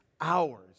hours